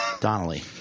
Donnelly